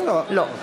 לא.